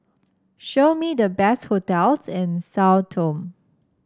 show me the best hotels in Sao Tome